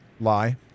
Lie